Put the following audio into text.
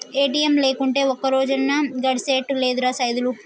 ATM లేకుంటే ఒక్కరోజన్నా గడిసెతట్టు లేదురా సైదులు